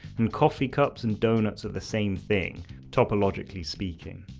and coffee cups and donuts are the same thing topologically speaking.